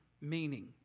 meaning